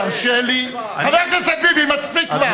תרשה לי, חבר הכנסת ביבי, מספיק כבר.